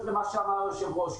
למה שאמר היושב-ראש,